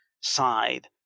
side